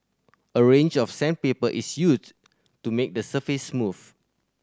a range of sandpaper is used to make the surface smooth